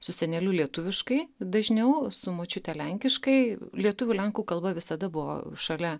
su seneliu lietuviškai dažniau su močiute lenkiškai lietuvių lenkų kalba visada buvo šalia